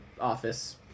office